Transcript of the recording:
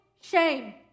shame